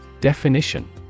Definition